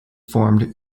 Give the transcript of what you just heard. formed